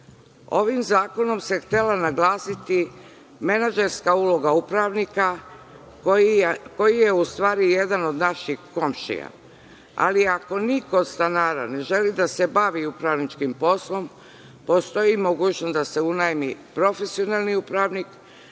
zakonom se htelo naglasiti menadžerska uloga upravnika koji je u stvari jedan od naših komšija, ali ako niko od stanara ne želi da se bavi upravničkim poslom, postoji mogućnost da se unajmi profesionalni upravnik